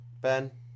Ben